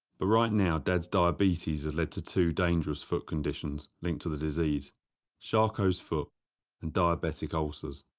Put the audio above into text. but right now, dad's diabetes had led to two dangerous foot conditions linked to the disease charcot's foot and diabetic ulcers.